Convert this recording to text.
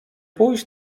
pójść